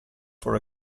for